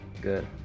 Good